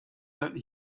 that